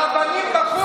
הרבנים בכו לך, ניר.